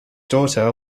daughter